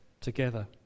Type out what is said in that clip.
together